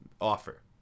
offer